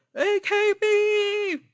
AKB